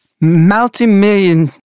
multi-million